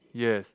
yes